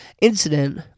incident